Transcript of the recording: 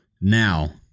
now